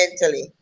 mentally